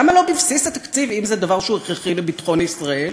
למה לא בבסיס התקציב אם זה דבר שהוא הכרחי לביטחון ישראל,